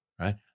Right